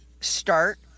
Start